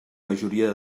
majoria